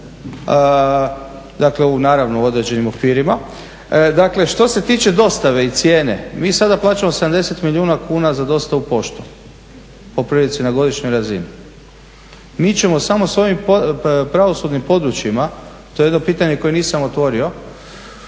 dakle u naravno određenim okvirima. Dakle, što se tiče dostave i cijene, mi sada plaćamo 70 milijuna kuna za dostavu poštom po prilici na godišnjoj razini. Mi ćemo samo s ovim pravosudnim područjima to je jedno pitanje koje nisam otvorio